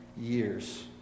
years